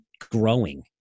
growing